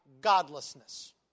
godlessness